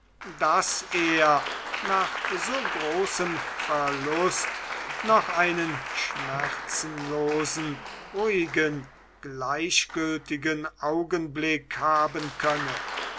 daß er nach so großem verlust noch einen schmerzenlosen ruhigen gleichgültigen augenblick haben könne